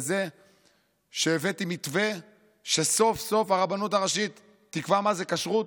לזה שהבאתי מתווה שסוף-סוף הרבנות הראשית תקבע מה זה כשרות,